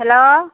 hello